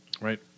Right